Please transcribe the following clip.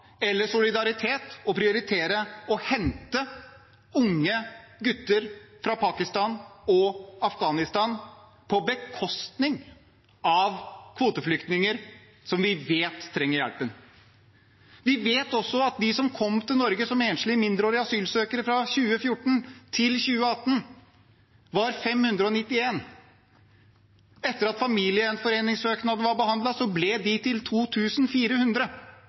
eller solidaritet å gjøre å prioritere å hente unge gutter fra Pakistan og Afghanistan, på bekostning av kvoteflyktninger som vi vet trenger hjelpen. Vi vet også at de som kom til Norge som enslige mindreårige asylsøkere fra 2014 til 2018, var 591. Etter at familiegjenforeningssøknadene var behandlet, ble de til